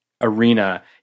arena